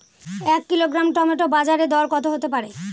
এক kilogram tomato বাজের দরকত হতে পারে?